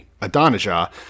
Adonijah